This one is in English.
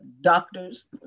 doctors